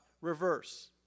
reverse